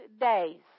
days